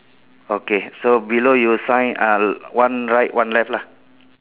okay so below your sign uh one right one left lah